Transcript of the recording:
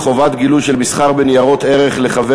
חובת גילוי של מסחר בניירות ערך לחבר